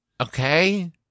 okay